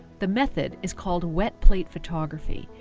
the method is called wet plate photography,